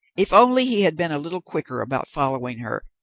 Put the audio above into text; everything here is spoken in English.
if only he had been a little quicker about following her,